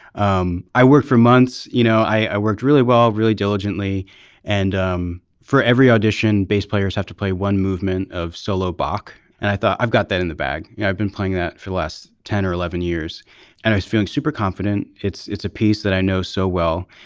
um i worked for months you know i worked really well really diligently and um for every audition. bass players have to play one movement of solo bach and i thought i've got that in the bag you know i've been playing that for less ten or eleven years and i was feeling super confident. it's a piece that i know so well